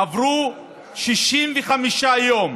עברו 65 יום